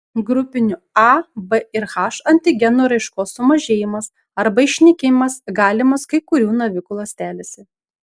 grupinių a b ir h antigenų raiškos sumažėjimas arba išnykimas galimas kai kurių navikų ląstelėse